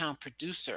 producer